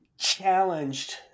challenged